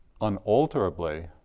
unalterably